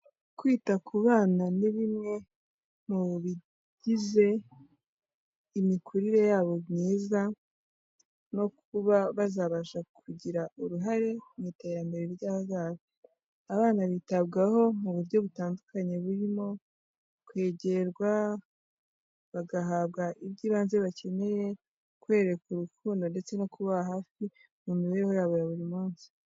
Kwita ku bana ni bimwe mu bigize imikurire yabo myiza, no kuba bazabasha kugira uruhare mu iterambere ry'ahazaza, abana bitabwaho mu buryo butandukanye burimo kwegerwa, bagahabwa iby'ibanze bakeneye, kwereka urukundo ndetse no kubaba hafi mu mibereho yabo ya buri munsi.